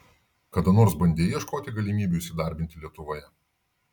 kada nors bandei ieškoti galimybių įsidarbinti lietuvoje